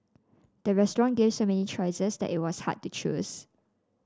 the restaurant gave so many choices that it was hard to choose